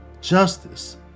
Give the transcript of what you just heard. Justice